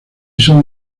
son